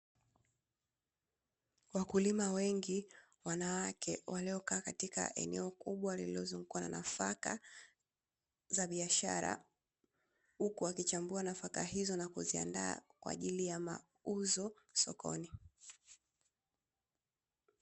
Wakulima wengi wanawake waliokaa katika eneo kubwa lililozungukwa na nafaka za biashara, huku wakichambua nafaka hizo na kuziandaa kwa ajili ya mauzo sokoni.